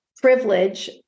Privilege